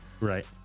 right